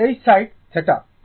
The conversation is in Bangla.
এটি সাইড θ